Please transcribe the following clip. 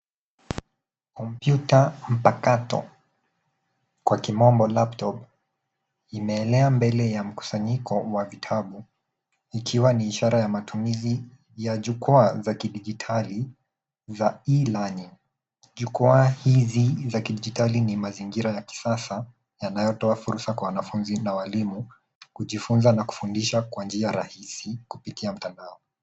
Komputa mpakato kwa kimombo laptop imeelea mbele ya mkusanyiko wa vitabu ikiwa ni ishara ya matumizi ya jukwaa za kidijitali za e_learning . Jukwaa hizi za kidijitali ni mazingira ya kisasa yanayotoa fursa kwa wanafunzi na walimu kujifunza na kufundisha kwa njia rahisi kupitia mtandao.